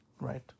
Right